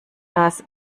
das